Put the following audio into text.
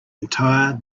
entire